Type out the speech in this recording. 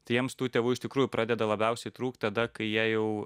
tai jiems tų tėvų iš tikrųjų pradeda labiausiai trūkt tada kai jie jau